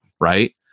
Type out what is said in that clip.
Right